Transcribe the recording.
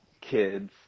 kids